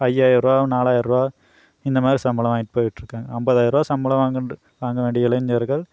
ஐயாயரூபா நாலாயரூபா இந்தமாதிரி சம்பளம் வாங்கிட்டு போயிட்டிருக்காங்க ஐம்பதாய ரூபா சம்பளம் வாங்கணுன்ற வாங்க வேண்டிய இளைஞர்கள்